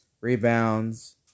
rebounds